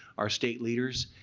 our state leaders,